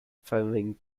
failing